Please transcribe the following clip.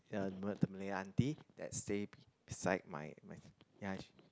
ya you know the malay aunty that stay beside my my ya